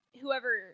whoever